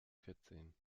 vierzehn